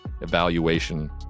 evaluation